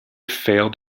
failed